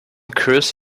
cruise